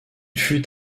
fut